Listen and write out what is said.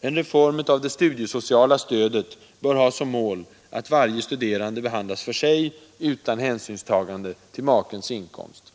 En reform av det studiesociala stödet bör ha som mål att varje studerande behandlas för sig, utan hänsynstagande till makens inkomst.